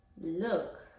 look